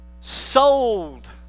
Sold